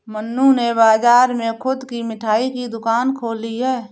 मन्नू ने बाजार में खुद की मिठाई की दुकान खोली है